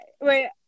Wait